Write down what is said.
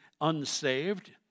unsaved